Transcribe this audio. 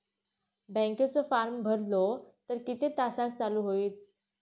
बँकेचो फार्म भरलो तर किती तासाक चालू होईत?